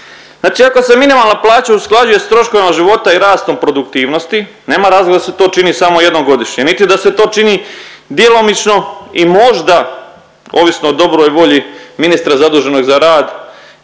Znači ako se minimalna plaća usklađuje s troškovima života i rastom produktivnosti, nema razloga da se to čini samo jednom godišnje niti da se to čini djelomično i možda ovisno o dobroj volji ministra zaduženog za rad